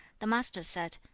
the master said,